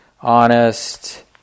honest